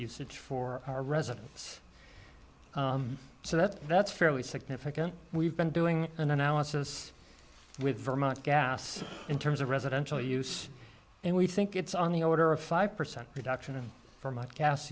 usage for our residents so that's that's fairly significant we've been doing an analysis with vermont gas in terms of residential use and we think it's on the order of five percent reduction for much gas